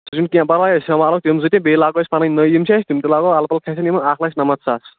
تہِ چھُنہٕ کیٚنٛہہ پرواے أسۍ سمبالہوکھ تِم زٕ تہِ بیٚیہِ لاگو پَنٕنۍ نٔوۍ یِم چھِ اَسہِ تِم تہِ لاگو الہٕ پلہٕ کھسَن یِم اَکھ لچھ نَمَتھ ساس